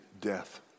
death